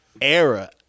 era